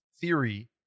theory